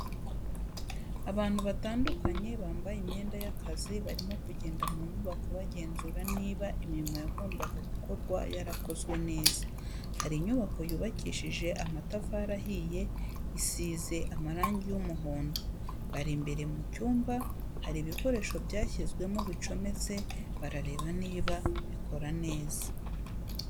Abantu batandukanye bambaye imyenda y'akazi barimo kugenda mu nyubako bagenzura niba imirimo yagombaga gukorwa yarakozwe neza, hari inyubako yubakishije amatafari ahiye isize amarangi y'umuhondo, bari imbere mu cyumba ahari ibikoresho byashyizwemo bicometse barareba niba bikora neza.